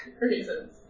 reasons